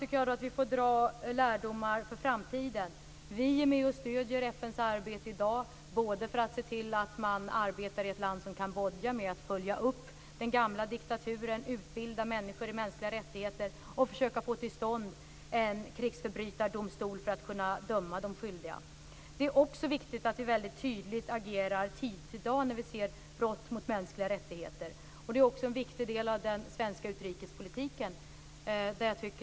Som jag sade får vi dra lärdomar för framtiden. Vi är med och stöder FN:s arbete i dag, bl.a. för att se till att man i ett land som Kambodja arbetar med att följa upp den gamla diktaturen, med att utbilda människor i mänskliga rättigheter och med att försöka att få till stånd en krigsförbrytardomstol som kan döma de skyldiga. Det är också viktigt att vi väldigt tydligt agerar tidigt när vi ser brott mot mänskliga rättigheter. Detta är också en viktig del av den svenska utrikespolitiken.